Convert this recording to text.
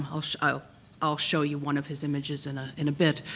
um i'll show i'll show you one of his images in ah in a bit.